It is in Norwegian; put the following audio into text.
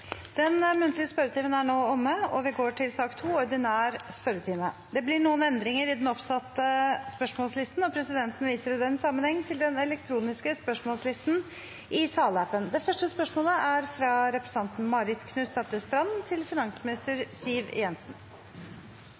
Den muntlige spørretimen er nå omme, og vi går over til den ordinære spørretimen. Det blir noen endringer i den oppsatte spørsmålslisten, og presidenten viser i den sammenheng til den elektroniske spørsmålslisten i salappen. Endringene var som følger: Spørsmål 2, fra representanten Marit Knutsdatter Strand til